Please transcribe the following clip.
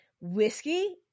whiskey